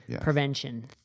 prevention